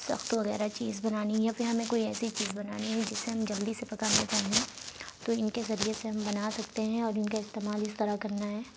سخت وغیرہ چیز بنانی ہے یا پھر ہمیں کوئی ایسی چیز بنانی ہے جسے ہم جلدی سے پکانا چاہیں تو ان کے ذریعے سے ہم بنا سکتے ہیں اور ان کا استعمال اس طرح کرنا ہے